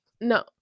No